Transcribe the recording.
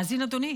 מאזין, אדוני?